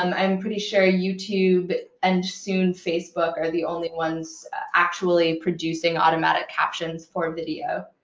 um i'm pretty sure youtube and soon, facebook, are the only ones actually producing automatic captions for video.